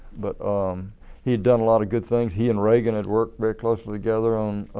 but um he had done a lot of good things he and reagan had worked very closely together on